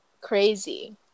crazy